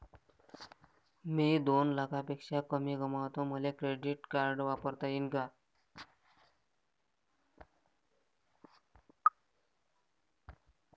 मी दोन लाखापेक्षा कमी कमावतो, मले क्रेडिट कार्ड वापरता येईन का?